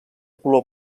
color